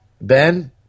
Ben